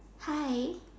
hi